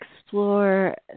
explore